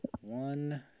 One